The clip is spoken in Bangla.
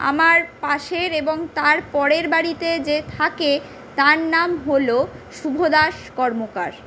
আমার পাশের এবং তার পরের বাড়িতে যে থাকে তার নাম হল শুভ দাস কর্মকার